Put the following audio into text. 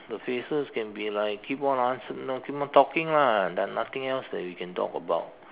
the phrases can be like keep on answer no keep on talking lah like nothing else that we can talk about